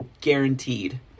Guaranteed